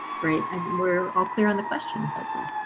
great, and we're all clear on the questions.